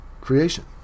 creation